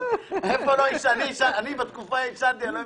אני מזכיר איגוד רופאי בריאות הציבור, ההסתדרות